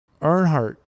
Earnhardt